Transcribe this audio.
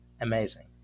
amazing